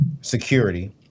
security